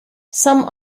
some